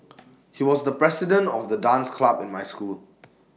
he was the president of the dance club in my school